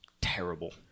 terrible